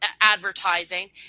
advertising